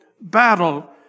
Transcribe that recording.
battle